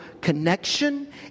connection